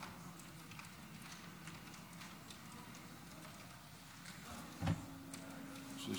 שש